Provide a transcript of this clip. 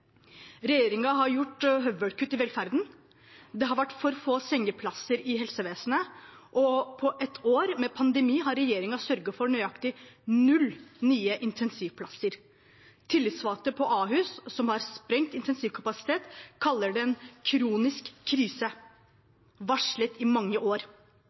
har gjort høvelkutt i velferden. Det har vært for få sengeplasser i helsevesenet, og på et år med pandemi har regjeringen sørget for nøyaktig null nye intensivplasser. Tillitsvalgte på Ahus, som har en sprengt intensivkapasitet, kaller det en kronisk krise, varslet i mange år.